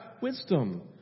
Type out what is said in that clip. Wisdom